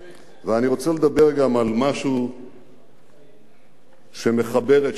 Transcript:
ואני רוצה לדבר גם על משהו שמחבר את שתיהן: